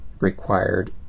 required